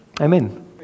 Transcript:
amen